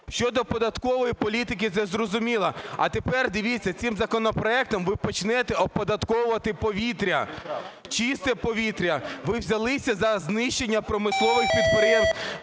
Щодо податкової політики - це зрозуміло. А тепер, дивіться, цим законопроектом ви почнете оподатковувати повітря, чисте повітря. Ви взялися за знищення промислових підприємств